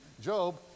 Job